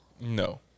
No